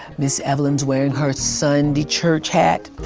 miss evelyn's wearing her sunday church hat,